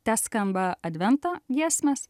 teskamba advento giesmės